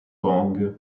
kong